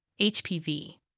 HPV